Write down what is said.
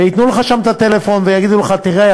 ייתנו לך שם את מספר הטלפון ויגידו לך: תראה,